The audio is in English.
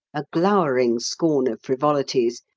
a glowering scorn of frivolities,